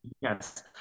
yes